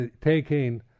taking